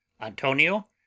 Antonio